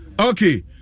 Okay